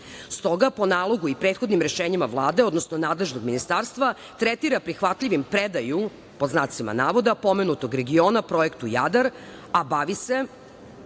po nalogu i prethodnim rešenjima Vlade, odnosno nadležnog ministarstva tretira prihvatljivim predaju pod znacima navoda pomenutog regiona projektu „Jadar“, a bavi se